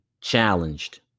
challenged